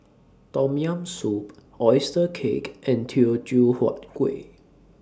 Tom Yam Soup Oyster Cake and Teochew Huat Kuih